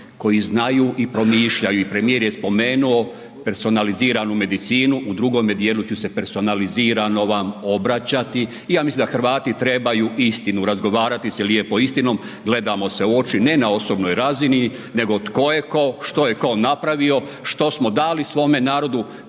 koji znaju i promišljaju i premijer je spomenuo personaliziranu medicinu, u drugome dijelu ću se personalizirano vam obraćati i ja mislim da Hrvati trebaju istinu, razgovarati se lijepo istinom, gledamo se u oči, ne na osobnoj razini, nego tko je tko, što je tko napravio, što smo dali svome narodu,